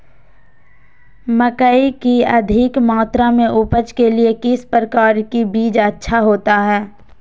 मकई की अधिक मात्रा में उपज के लिए किस प्रकार की बीज अच्छा होता है?